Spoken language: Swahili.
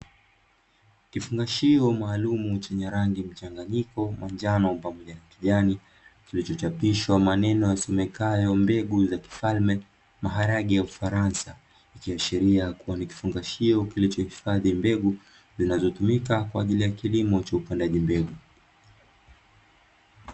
Kifungashio maalumu chenye rangi mchanganyiko manjano pamoja na kijani kilichochapishwa maneno yasomekayo;' mbegu za kifalme, maharage ya kifaransa'; ikiashiria kuwa ni kifungashio kilichohifadhi mbegu zinazotumika kwa ajili ya kilimo cha upandaji mbegu.